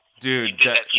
Dude